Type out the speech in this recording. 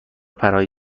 پرهای